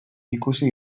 ikusi